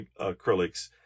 acrylics